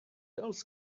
else